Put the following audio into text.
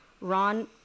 Ron